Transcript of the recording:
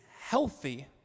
healthy